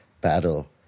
battle